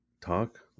talk